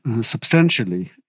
substantially